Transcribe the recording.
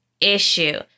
issue